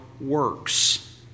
works